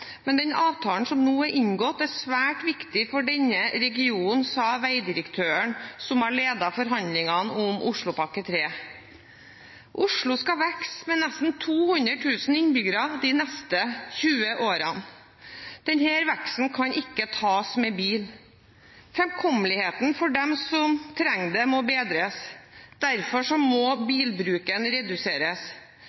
men den avtalen som nå er inngått er svært viktig for denne regionen.» Dette sa veidirektøren, som har ledet forhandlingene om Oslopakke 3. Oslo skal vokse med nesten 200 000 innbyggere de neste 20 årene. Denne veksten kan ikke tas med bil. Framkommeligheten for dem som trenger det, må bedres. Derfor må